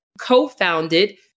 co-founded